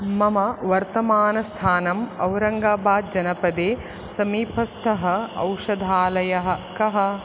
मम वर्तमानस्थानम् औरङ्गाबाद् जनपदे समीपस्थः औषधालयः कः